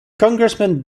congressmen